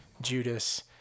Judas